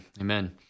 Amen